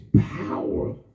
power